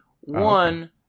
one